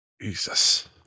Jesus